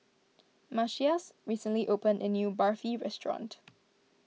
Matias recently opened a new Barfi restaurant